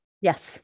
Yes